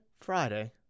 Friday